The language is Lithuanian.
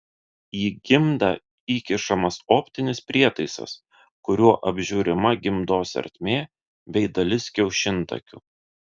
į gimdą įkišamas optinis prietaisas kuriuo apžiūrima gimdos ertmė bei dalis kiaušintakių